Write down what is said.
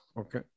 okay